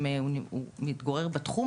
אם הוא מתגורר בתחום,